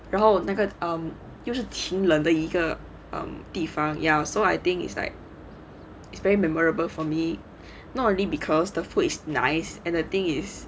然后那个 um 就是挺冷的一个地方 ya so I think is like it's very memorable for me not only because the food is nice and the thing is